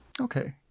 okay